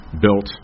built